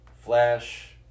Flash